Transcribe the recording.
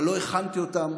אבל לא הכנתי אותם